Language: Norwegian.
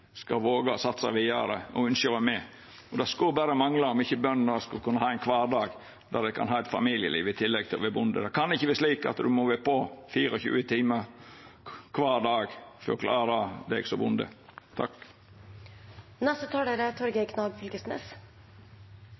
skal våga å satsa vidare og ynskja å vera med. Og det skulle berre mangla om ikkje òg bøndene skulle kunna ha ein kvardag der ein kan ha eit familieliv i tillegg til å vera bonde. Det kan ikkje vera slik ein må vera på 24 timar kvar dag for å klara seg som bonde.